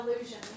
illusion